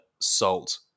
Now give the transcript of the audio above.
salt